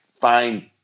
find